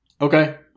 Okay